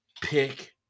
pick